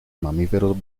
mamíferos